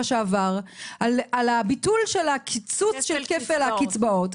שעבר על הביטול של קיצוץ כפל הקצבאות.